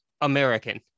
American